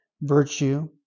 virtue